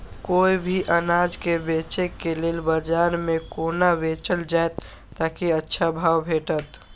कोय भी अनाज के बेचै के लेल बाजार में कोना बेचल जाएत ताकि अच्छा भाव भेटत?